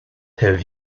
have